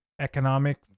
economic